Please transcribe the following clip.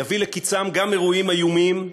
יביא לקצם גם אירועים איומים,